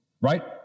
right